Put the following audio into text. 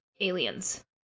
aliens